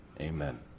Amen